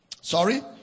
sorry